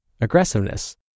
aggressiveness